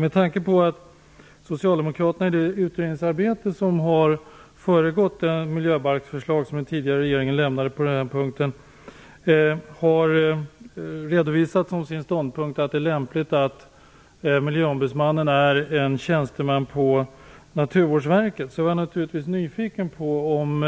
Med tanke på att socialdemokraterna i det utredningsarbete som har föregått det miljöbalksförslag som den tidigare regeringen lämnade på den här punkten har redovisat som sin ståndpunkt att det är lämpligt att miljöombudsmannen är en tjänsteman på Naturvårdsverket, är jag naturligtvis nyfiken på om